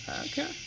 Okay